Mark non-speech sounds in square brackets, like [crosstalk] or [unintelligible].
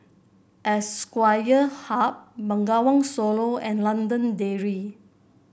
[unintelligible] Hub Bengawan Solo and London Dairy